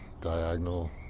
diagonal